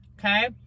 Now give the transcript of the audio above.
Okay